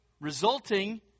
resulting